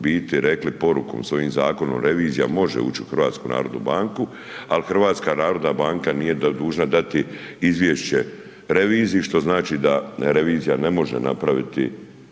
biti rekli porukom s ovim zakonom, revizija može ući u HNB, ali HNB nije dužna dati izvješće reviziji, što znači da revizija ne može napraviti